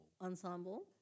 ensemble